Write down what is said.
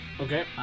okay